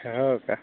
हो का